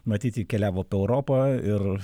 matyt ji keliavo po europą ir